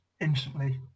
instantly